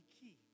key